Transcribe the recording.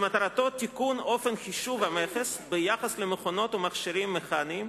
שמטרתו תיקון אופן חישוב המכס ביחס למכונות ומכשירים מכניים,